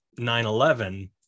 9-11